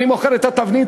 ואני מוכר את התבנית,